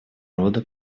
рода